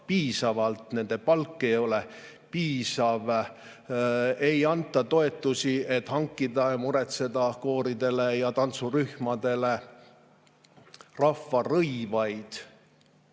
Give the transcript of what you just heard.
piisavalt, nende palk ei ole piisav. Ei anta toetusi, et hankida ja muretseda kooridele ja tantsurühmadele rahvarõivaid